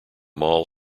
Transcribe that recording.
mall